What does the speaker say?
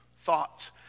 thoughts